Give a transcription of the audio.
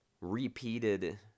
repeated